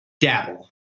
dabble